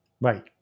Right